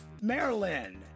Maryland